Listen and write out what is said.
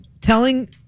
Telling